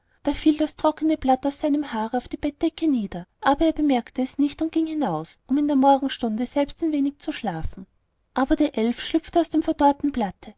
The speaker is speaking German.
da fiel das trockene blatt aus seinem haare auf die bettdecke nieder aber er bemerkte es nicht und ging hinaus um in der morgenstunde selbst ein wenig zu schlafen aber der elf schlüpfte aus dem verdorrten blatte